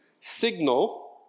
Signal